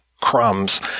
crumbs